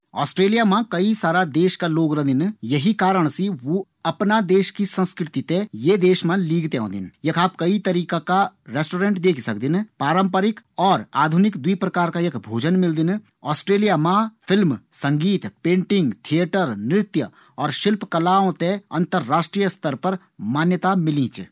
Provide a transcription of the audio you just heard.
ऑस्ट्रेलिया मा कई सारा देश का लोग रंदीन। येही कारण सी वू अपना देश की संस्कृति थें ये देश मा लीक थें ओंदीन। यख आप कई तरह का रेस्टोरेंट देख सकदिन। पारम्परिक और आधुनिक दुइ प्रकार का भोजन यख मिलदीन। ओस्ट्रेलिया मा फ़िल्म, संगीत, पेंटिंग, थिएटर, नृत्य और शिल्प कलाओं थें अंतराष्ट्रीय स्तर पर मान्यता मिली च।